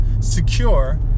secure